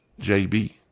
JB